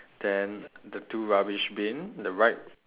then the two rubbish bin the right